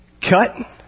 Cut